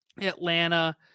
Atlanta